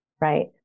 right